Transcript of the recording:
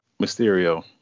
Mysterio